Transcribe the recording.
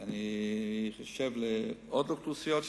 ואני חושב שלעוד אוכלוסיות,